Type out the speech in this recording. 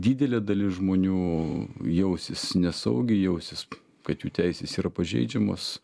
didelė dalis žmonių jausis nesaugiai jausis kad jų teisės yra pažeidžiamos